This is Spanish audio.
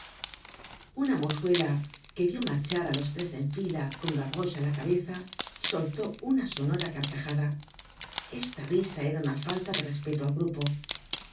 una mozuela que vió marchar á los tres en fila con gavroche á la cabeza soltó una sonora carcajada esta risa era una falta de respeto al grupo